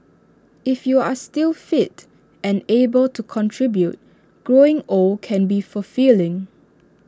if you're still fit and able to contribute growing old can be fulfilling